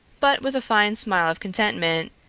but, with a fine smile of contentment,